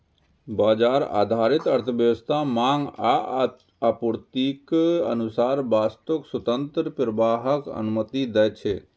बाजार आधारित अर्थव्यवस्था मांग आ आपूर्तिक अनुसार वस्तुक स्वतंत्र प्रवाहक अनुमति दै छै